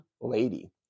lady